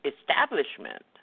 establishment